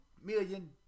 million